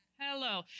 Hello